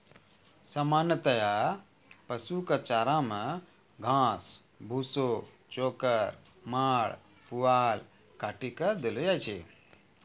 सामान्यतया पशु कॅ चारा मॅ घास, भूसा, चोकर, माड़, पुआल काटी कॅ देलो जाय छै